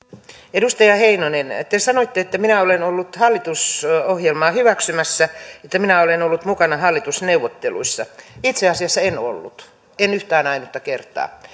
edustaja heinonen te sanoitte että minä olen ollut hallitusohjelmaa hyväksymässä ja että minä olen ollut mukana hallitusneuvotteluissa itse asiassa en ollut en yhtään ainutta kertaa